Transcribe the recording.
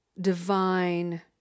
divine